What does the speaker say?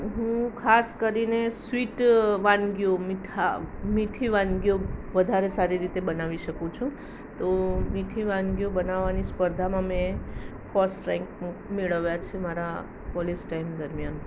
હું ખાસ કરીને સ્વીટ વાનગીઓ મીઠા મીઠી વાનગીઓ વધારે સારી રીતે બનાવી શકું છું તો મીઠી વાનગીઓ બનાવવાની સ્પર્ધામાં મેં ફસ્ટ રેન્ક મેળવ્યા છે મારા કોલેજ ટાઈમ દરમ્યાન